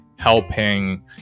helping